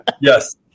Yes